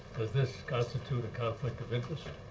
does this constitute a conflict of interest?